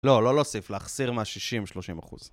לא, לא לוסיף, להחסיר מהשישים 30%.